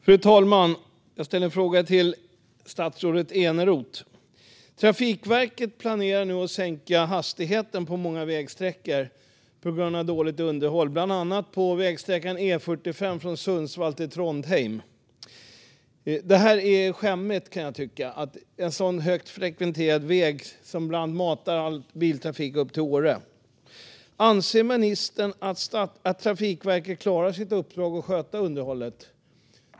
Fru talman! Jag vill ställa en fråga till statsrådet Eneroth. Trafikverket planerar nu att sänka hastigheten på många vägsträckor på grund av dåligt underhåll, bland annat på vägsträckan E14 från Sundsvall till Trondheim. Jag kan tycka att det är skämmigt på en sådan högt frekventerad väg som bland annat matar all biltrafik till Åre. Anser ministern att Trafikverket klarar sitt uppdrag att sköta underhållet?